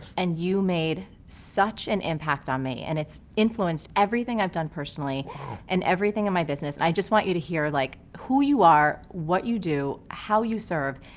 and you made such an impact on me and it's influenced everything i've done personally and everything in my business. i just want you to hear, like, who you are, what you do, how you serve,